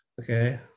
Okay